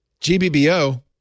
GBBO